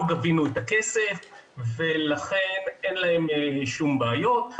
לא גבינו את הכסף ולכן אין להם שום בעיות.